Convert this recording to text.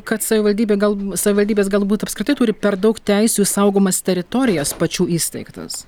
kad savivaldybė gal savivaldybės galbūt apskritai turi per daug teisių saugomas teritorijas pačių įsteigtas